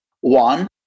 One